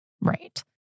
Right